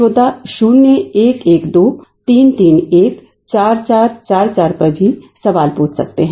श्रोता ान्य एक एक दो तीन तीन एक चार चार चार चार पर भी सवाल पूछ सकते हैं